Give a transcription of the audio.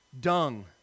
dung